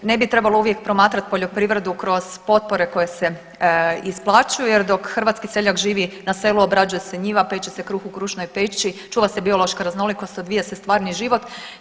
Ne bi trebalo uvijek promatrati poljoprivredu kroz potpore koje se isplaćuju jer dok hrvatski seljak živi na selu obrađuje se njiva, peće se kruh u krušnoj peći, čuva se biološka raznolikost, odvija se stvarni život.